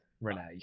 Renee